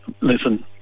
listen